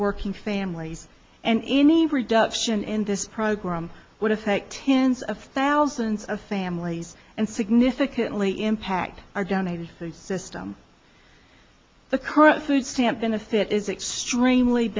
working families and any reduction in this program would affect tens of thousands of families and significantly impact our generated system the current food stamp benefit is extremely